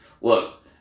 look